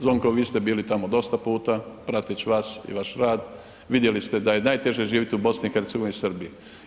Zvonko vi ste bili tamo dosta puta, prateć vas i vaš rad, vidjeli ste da je najteže živjeti u BiH-u i Srbiji.